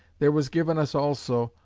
there was given us also,